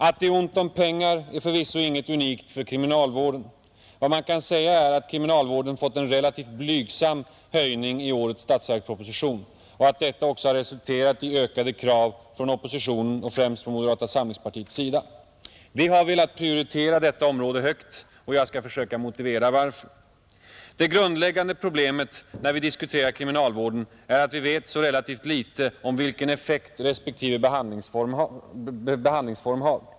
Att det är ont om pengar är förvisso inget unikt för kriminalvården. Vad man kan säga är att kriminalvården fått en relativt sett blygsam höjning i årets statsverksproposition och att detta också har resulterat i ökade krav från oppositionen och främst från moderata samlingspartiets sida. Vi har velat prioritera detta område högt, och jag skall försöka motivera varför. Det grundläggande problemet när vi diskuterar kriminalvården är att vi vet så relativt litet om vilken effekt respektive behandlingsform har.